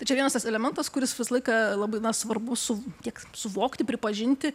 tai čia vienas tas elementas kuris visą laiką labai na svarbu su tiek suvokti pripažinti